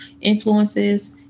influences